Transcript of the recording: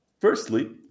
Firstly